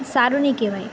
સારું નહીં કહેવાય